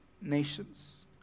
nations